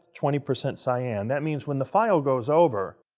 twenty percent cyan. that means when the file goes over,